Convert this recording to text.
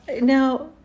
now